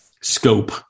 scope